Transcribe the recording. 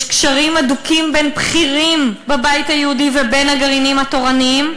יש קשרים הדוקים בין בכירים בבית היהודי ובין הגרעינים התורניים,